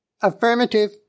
Affirmative